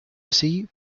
así